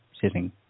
sitting